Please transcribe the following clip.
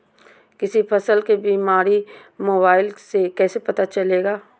किसी फसल के बीमारी मोबाइल से कैसे पता चलेगा?